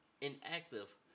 inactive